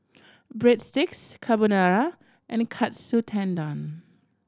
Breadsticks Carbonara and Katsu Tendon